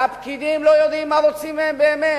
והפקידים לא יודעים מה רוצים מהם באמת.